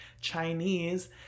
Chinese